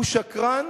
הוא שקרן,